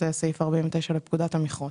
זה סעיף 49 לפקודת המכרות.